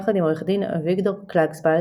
יחד עם עו"ד אביגדור קלגסבלד,